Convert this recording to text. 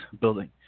building